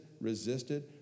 resisted